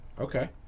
Okay